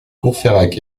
courfeyrac